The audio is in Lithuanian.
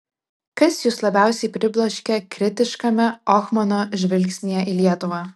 kas jus labiausiai pribloškė kritiškame ohmano žvilgsnyje į lietuvą